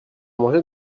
mangé